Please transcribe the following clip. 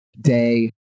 Day